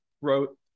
wrote